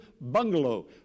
bungalow